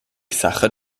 sacher